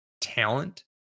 talent